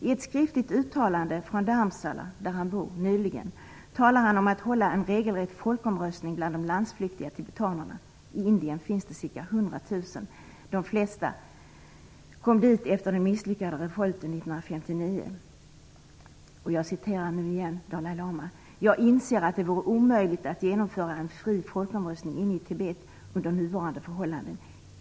I ett skriftligt uttalande nyligen från Dharmsala, där han bor, talar han om att hålla en regelrätt folkomröstning bland de landsflyktiga tibetanerna. I Indien finns ca 100 000 tibetaner. De flesta kom dit efter den misslyckade revolten 1959. Jag citerar återigen Dalai Lama: "Jag inser att det vore omöjligt att genomföra en fri folkomröstning inne i Tibet under nuvarande förhållanden.